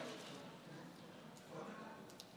אני שמעתי היום ברדיו שאתה אמרת שבתקציב